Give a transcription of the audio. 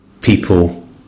people